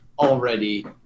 already